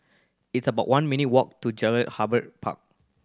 it's about one minute ' walk to Jelutung Harbour Park